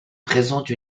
présente